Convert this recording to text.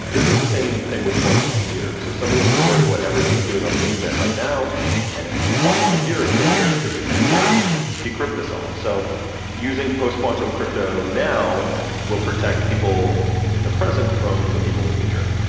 this is the same thing with quantum computers, is somebody is recording what everybody's doing on the internet right now and that a quantum computer in ten years could potentially decrypt this all. so using post quantum crypto now will protect people in the present from the people in the future.